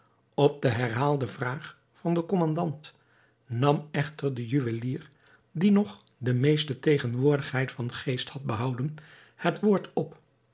op de herhaalde vraag van den kommandant nam echter de juwelier die nog de meeste tegenwoordigheid van geest had behouden het woord op